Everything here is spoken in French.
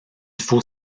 faut